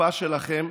בתקופה שלכם,